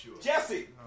Jesse